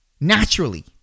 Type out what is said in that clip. naturally